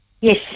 Yes